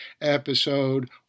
episode